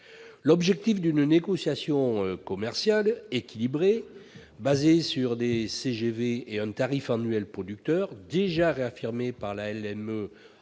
L'objectif d'une négociation commerciale équilibrée, basée sur des CGV et un tarif annuel producteur, déjà réaffirmé par la loi de